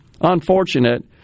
unfortunate